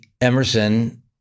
Emerson